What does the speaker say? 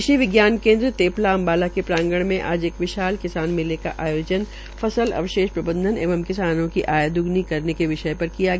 कृषि विज्ञान केन्द्र तेपला अम्बाला के प्रांगण में आज एक विशाल किसान मेले का आयोजन फसल अवशेष प्रबन्धन एवं किसानों कीआय दोगुनी विषय पर किया गया